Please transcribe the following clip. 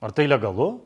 ar tai legalu